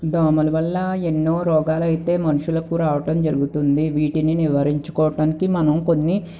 దోమల వల్ల ఎన్నో రోగాలయితే మనుషులకు రావటం జరుగుతుంది వీటిని నివారించుకోవటానికి మనం కొన్ని